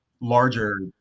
larger